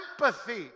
empathy